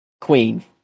Queen